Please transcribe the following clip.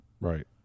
Right